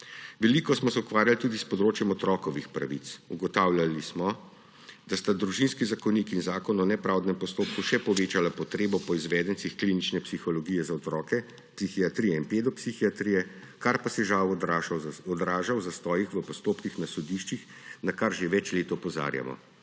Veliko smo se ukvarjali tudi s področjem otrokovih pravic, ugotavljali smo, da sta Družinski zakonik in Zakon o nepravdnem postopku še povečala potrebo po izvedencih klinične psihologije za otroke, psihiatrije in pedopsihiatrije, kar pa se žal odraža v zastojih v postopkih na sodiščih, na kar že več let opozarjamo.